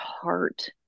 heart